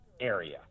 area